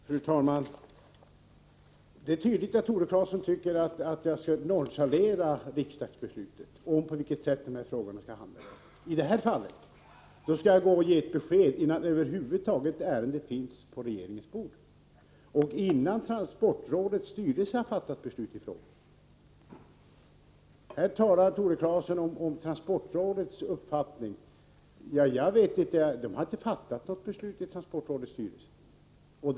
Fru talman! Det är tydligt att Tore Claeson tycker att jag skall nonchalera riksdagsbeslutet om på vilket sätt dessa frågor skall handläggas. I detta fall skall jag tydligen ge ett besked innan ärendet över huvud taget finns på regeringens bord, och innan transportrådets styrelse har fattat beslut i frågan. Här talar Tore Claeson om transportrådets uppfattning. Såvitt jag vet har inte transportrådets styrelse fattat något beslut. Det är nästa steg.